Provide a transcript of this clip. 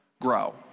grow